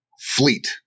fleet